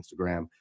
Instagram